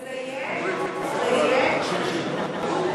יש ועדת צ'חנובר,